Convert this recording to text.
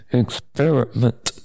experiment